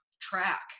track